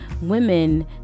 women